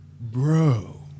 Bro